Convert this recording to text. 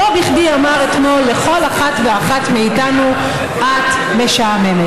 שלא בכדי אמר אתמול לכל אחת ואחת מאיתנו: את משעממת.